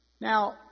Now